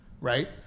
right